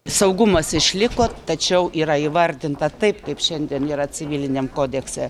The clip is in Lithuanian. saugumas išliko tačiau yra įvardinta taip kaip šiandien yra civiliniam kodekse